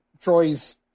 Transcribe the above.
Troy's